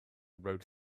rode